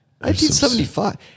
1975